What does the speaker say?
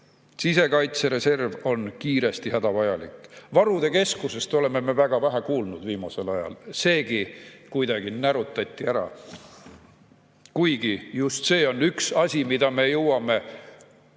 Sisekaitsereserv on kiiresti hädavajalik. Varude keskusest oleme me väga vähe kuulnud viimasel ajal, seegi kuidagi närutati ära. Kuigi just see on üks asi, mida me jõuame